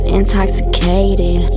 intoxicated